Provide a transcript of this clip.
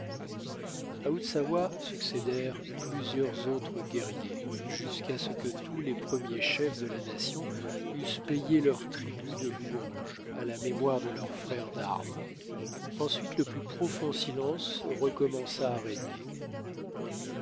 quittés à utsawa succédèrent plusieurs autres guerriers jusqu'à ce que tous les premiers chefs de la nation eussent payé leur tribut de louanges à la mémoire de leur frère d'armes ensuite le plus profond silence recommença à